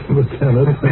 Lieutenant